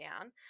down